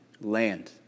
land